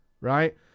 Right